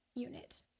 unit